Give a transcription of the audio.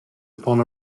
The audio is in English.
upon